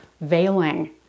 veiling